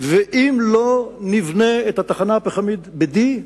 ואם לא נבנה את התחנה הפחמית ב-D,